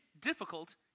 difficult